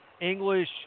English